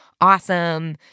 Awesome